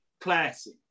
Classic